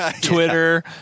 Twitter